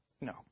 No